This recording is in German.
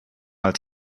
als